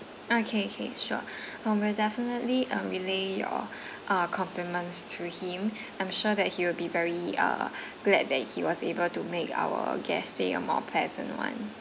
okay okay sure mm we'll definitely um relay your uh compliments to him I'm sure that he will be very uh glad that he was able to make our guest's stay a more pleasant one